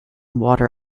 water